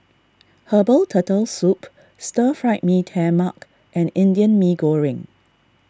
Herbal Turtle Soup Stir Fried Mee Tai Mak and Indian Mee Goreng